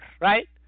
right